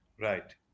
Right